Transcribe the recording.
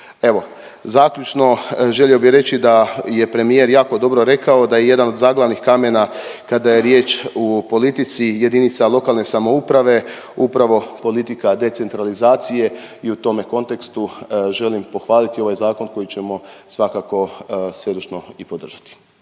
Evo zaključno želio bih reći da je premijer jako dobro rekao da je jedan od zaglavnih kamena kada je riječ o politici jedinica lokalne samouprave, upravo politika decentralizacije i u tome kontekstu želim pohvaliti ovaj Zakon koji ćemo svakako .../Govornik